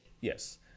yes